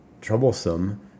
troublesome